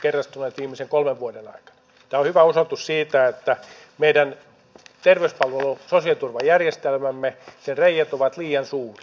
tämä on hyvä osoitus siitä että meidän terveyspalvelu ja sosiaaliturvajärjestelmämme reiät ovat liian suuret